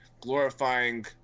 glorifying